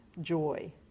joy